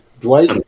Dwight